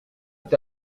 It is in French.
est